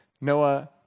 Noah